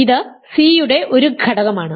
ഇത് സി യുടെ ഒരു ഘടകമാണ്